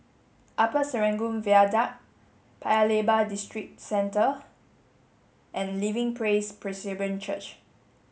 Upper Serangoon Viaduct Paya Lebar Districentre and Living Praise Presbyterian Church